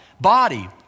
body